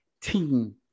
team